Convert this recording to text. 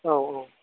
औ औ